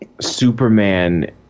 Superman